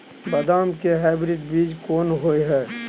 बदाम के हाइब्रिड बीज कोन होय है?